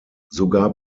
sogar